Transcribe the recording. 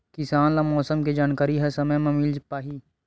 किसान ल मौसम के जानकारी ह समय म मिल पाही?